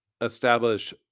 establish